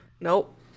Nope